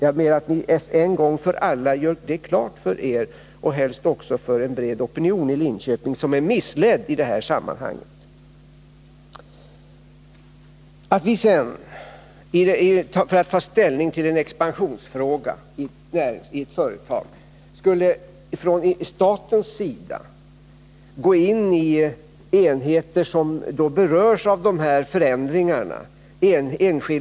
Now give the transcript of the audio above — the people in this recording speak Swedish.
Jag ber än en gång att ni alla gör det klart för er och helst också för en bred opinion i Linköping, som är missledd i det här sammanhanget. Och det är en orimlighet att vi skall gå in från statens sida för att ta ställning till en expansionsfråga som gäller ett enskilt företag, i enheter som berörs av de här förändringarna.